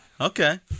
Okay